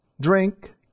drink